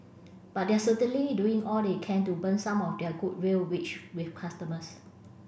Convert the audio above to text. but they're certainly doing all they can to burn some of their goodwill which with customers